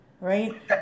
Right